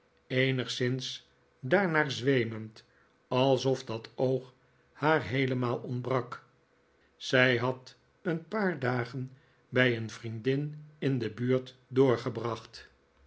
eenigszins daarnaar zweemend alsof dat oog haar heelemaal ontbrak zij had een paar dagen bij een vriendin in de buurt doorgebracht